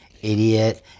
idiot